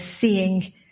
Seeing